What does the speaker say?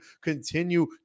continue